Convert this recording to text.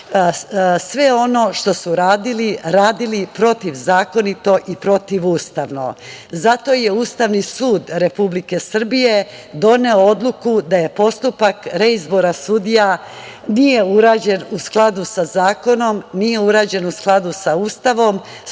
sve ono što su radili, radili protivzakonito i protivustavno. Zato je Ustavni sud Republike Srbije doneo odluku da postupak reizbora sudija nije urađen u skladu sa zakonom, nije urađen u skladu sa Ustavom.